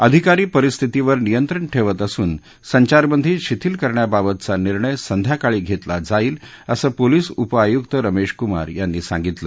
अधिकारी परिस्थितीवर नियंत्रण ठेवत असून संचारबंदी शिथील करण्याबाबतचा निर्णय संध्याकाळी घेतला जाईल असं पोलीस उपआयुक्त रमेश कुमार यांनी सांगितलं